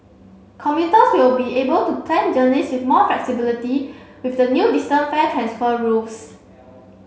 commuters will be able to plan journeys with more flexibility with the new distance fare transfer rules